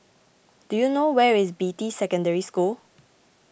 do you know where is Beatty Secondary School